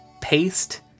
paste